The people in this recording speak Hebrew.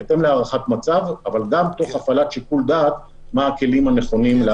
בהתאם להערכת מצב אבל גם תוך הפעלת שיקול דעת מה הכלים הנכונים.